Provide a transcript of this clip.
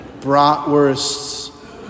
Bratwursts